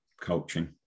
coaching